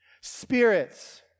spirits